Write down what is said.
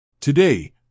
Today